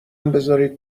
بزارید